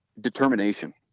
determination